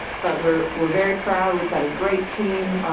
but we're we're very proud. we've got a great team.